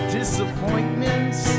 disappointments